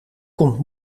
komt